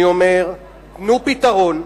אני אומר: תנו פתרון.